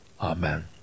Amen